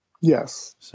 Yes